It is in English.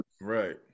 Right